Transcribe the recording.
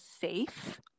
safe